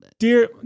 Dear